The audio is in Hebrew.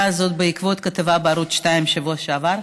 הזאת בעקבות כתבה בערוץ 2 בשבוע שעבר,